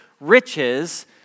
riches